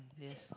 yes